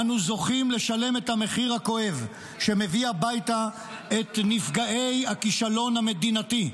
אנו זוכים לשלם את המחיר הכואב שמביא הביתה את נפגעי הכישלון המדינתי.